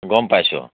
গম পাইছোঁ